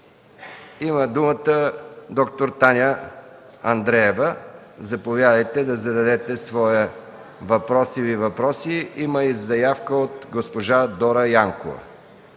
Има думата д-р Таня Андреева. Заповядайте да зададете своя въпрос или въпроси. Има заявка и от госпожа Дора Янкова.